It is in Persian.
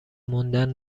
موندن